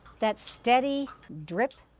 that steady drip,